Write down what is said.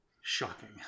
Shocking